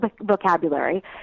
vocabulary